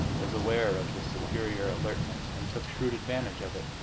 was aware of this superior alertness and took shrewd advantage of it.